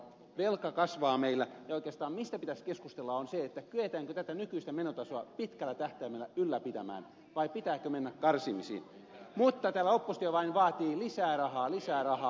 velka kasvaa meillä ja oikeastaan se mistä pitäisi keskustella on se kyetäänkö tätä nykyistä menotasoa pitkällä tähtäimellä ylläpitämään vai pitääkö mennä karsimisiin mutta täällä oppositio vain vaatii lisää rahaa lisää rahaa